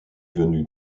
venu